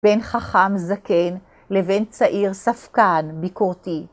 בין חכם זקן לבין צעיר ספקן ביקורתי.